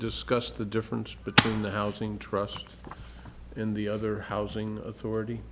discuss the difference between the housing trust in the other housing authority